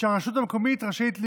שהרשות המקומית רשאית לגרור.